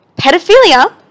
pedophilia